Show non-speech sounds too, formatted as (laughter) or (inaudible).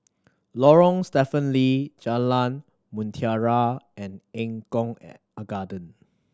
Lorong Stephen Lee Jalan Mutiara and Eng Kong (unintelligible) Garden